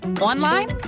online